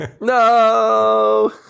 No